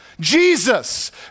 Jesus